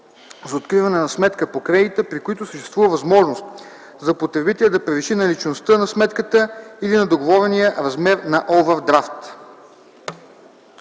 за откриване на сметка по кредита, при които съществува възможност за потребителя да превиши наличността на сметката или на договорения размер на овъдрафт.”